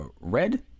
Red